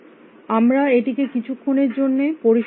আমরা এটিকে কিছুক্ষণের মধ্যে পরিশুদ্ধ করব